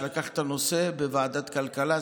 שלקח את הנושא בוועדת כלכלה.